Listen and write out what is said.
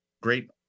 great